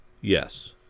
Yes